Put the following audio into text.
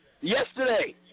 yesterday